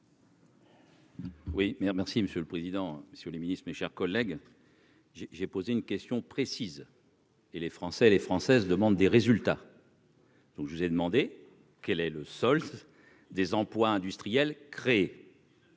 mais merci Monsieur le Président, sur les ministres, mes chers collègues, j'ai j'ai posé une question précise. Et les Français et les Françaises demandent des résultats. Donc, je vous ai demandé quel est le solde des emplois industriels créé.